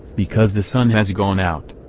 because the sun has gone out.